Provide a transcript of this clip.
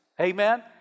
Amen